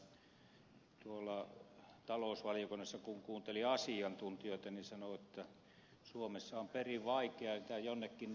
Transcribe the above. mutta kun talousvaliokunnassa kuunteli asiantuntijoita niin he sanoivat että suomessa on perin vaikeata jonnekin viedä